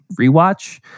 rewatch